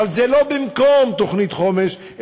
אבל זה לא במקום תוכנית חומש,